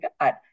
god